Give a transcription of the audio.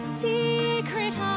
secret